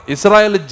Israel